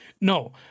No